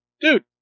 dude